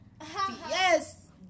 Yes